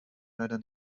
leider